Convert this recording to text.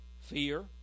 fear